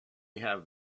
have